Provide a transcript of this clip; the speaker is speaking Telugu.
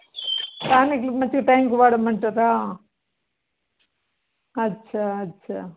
టానిక్లు మంచి టైంకు వాడమంటారా అచ్చా అచ్చా